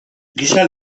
giza